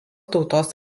tautos